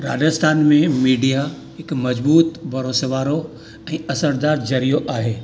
राजस्थान मे मीडिया हिकु मजबूत भरोसे वारो थी असरदारु ज़रियो आहे